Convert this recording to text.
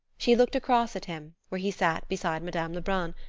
she looked across at him, where he sat beside madame lebrun,